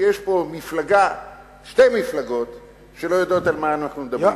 ויש פה שתי מפלגות שלא יודעות על מה אנחנו מדברים.